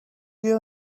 your